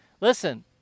listen